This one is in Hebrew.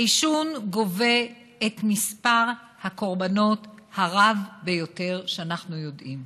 העישון גובה את מספר הקורבנות הרב ביותר שאנחנו יודעים.